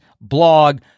blog